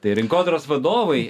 tai rinkodaros vadovai